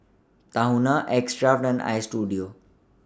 Tahuna X Craft and Istudio